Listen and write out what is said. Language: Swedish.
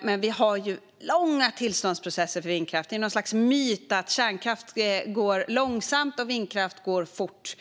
men vi har långa tillståndsprocesser för vindkraft. Det finns något slags myt att kärnkraft går långsamt och vindkraft går fort.